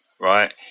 right